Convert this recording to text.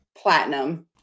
platinum